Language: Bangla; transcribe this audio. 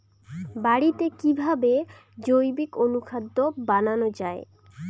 বাড়িতে কিভাবে জৈবিক অনুখাদ্য বানানো যায়?